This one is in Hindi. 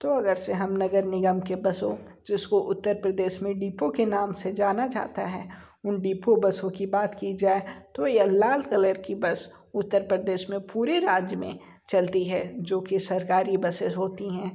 तो अगर से हम नगर निगम के बसों जिसको उत्तर प्रदेश में डिपो के नाम से जाना जाता है उन डिपो बसों की बात की जाए तो यह लाल कलर की बस उत्तर प्रदेश में पूरे राज्य में चलती है जो की सरकारी बसेस होती हैं